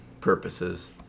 purposes